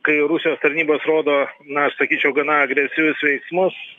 kai rusijos tarnybos rodo na sakyčiau gana agresyvius veiksmus